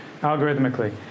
algorithmically